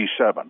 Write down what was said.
G7